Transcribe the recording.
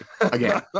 again